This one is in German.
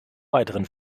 weiteren